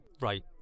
Right